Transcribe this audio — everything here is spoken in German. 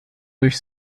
durch